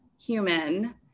human